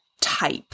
type